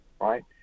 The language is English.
Right